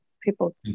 people